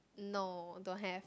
no don't have